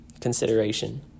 consideration